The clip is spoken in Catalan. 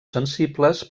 sensibles